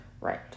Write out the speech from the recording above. Right